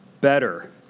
better